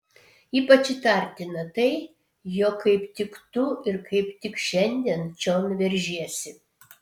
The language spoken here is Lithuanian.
ypač įtartina tai jog kaip tik tu ir kaip tik šiandien čion veržiesi